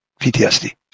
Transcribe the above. PTSD